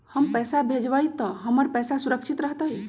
हम पैसा भेजबई तो हमर पैसा सुरक्षित रहतई?